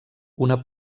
una